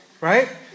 right